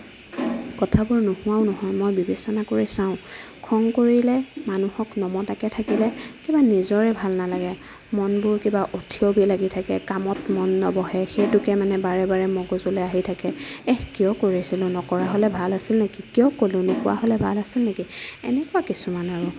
কথাবোৰ নোহোৱাও নহয় মই বিবেচনা কৰি চাওঁ খং কৰিলে মানুহক নমতাকে থাকিলে কিবা নিজৰে ভাল নালাগে মনবোৰ কিবা অথিৰ অবিৰ লাগি থাকে কামত মন নবহে সেইটোকে মানে বাৰে বাৰে মগজুলে আহি থাকে এহ কিয় কৰি আছিলো নকৰা হ'লে ভাল আছিল নেকি কিয় ক'লো নোকোৱা হ'লে ভাল আছিল নেকি এনেকুৱা কিছুমান আৰু